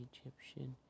Egyptian